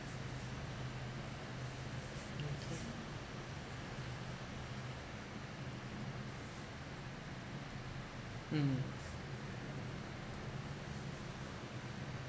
okay mm